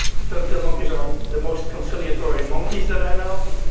stumptail monkeys are the most conciliatory monkeys that i know.